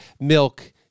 milk